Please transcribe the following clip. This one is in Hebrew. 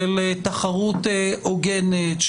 של תחרות הוגנת,